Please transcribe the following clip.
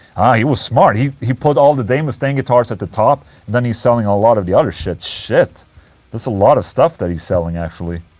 he was smart, he he pulled all the dave mustaine guitars at the top and then he's selling a lot of the other shit, shit that's a lot of stuff that he's selling actually.